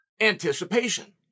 Anticipation